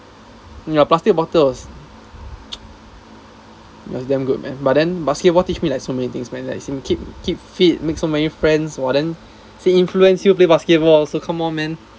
ya plastic bottles was damn good man but then basketball teach me like so many things man like keep keep fit make so many friends !wah! then we influence you play basketball so come on man